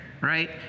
Right